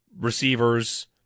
receivers